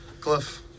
Cliff